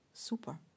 Super